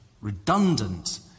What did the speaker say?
redundant